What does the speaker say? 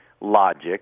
logic